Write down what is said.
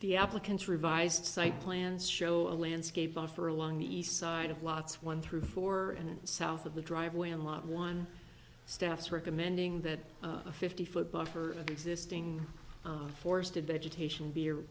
the applicants revised site plans show a landscape buffer along the east side of lots one through four and south of the driveway and lot one steps recommending that a fifty foot buffer of existing forested vegetation beer